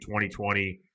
2020